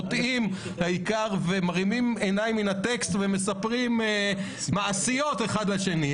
חוטאים מהעיקר ומרימים עיניים מן הטקסט ומספרים מעשיות אחד לשני.